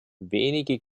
wenige